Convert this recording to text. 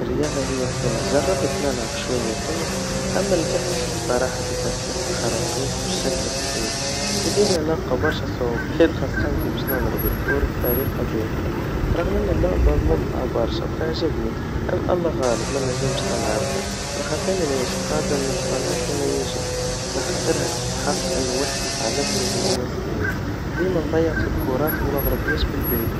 أنا نحب نلعب لعبة كرة القدم, ونجيدها بشكل جيد برشا, من اللي انا صغير وانا نلعبها مع الاصحاب والاحباب في الحوما, سوا كانت في الشارع, وإلا في الملعب متاعنا, عندي مهارا في المراوغا وتمرير الكرات بالجدام, ونحب نلعب في الهجوم, الرياضا هئي تعطيني برشا طاقا وبرشا حيوية, على خاطرني نحبها برشا, ونحس بالفخر كيملعب, ونعاون فريقي في الربح.